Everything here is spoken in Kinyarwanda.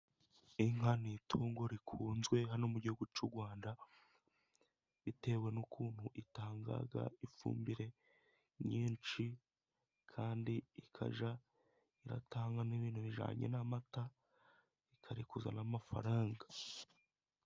Inka ni itungo rikunzwe hano mu gihugu cy'urwanda bitewe n'ukuntu itanga ifumbire nyinshi, kandi ikajya itanga n'ibintu bijyanye n'amata, ikarekuza n'amafaranga.